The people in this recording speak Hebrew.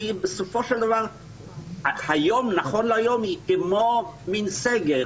שבסופו של דבר נכון להיום היא כמו מין סגר,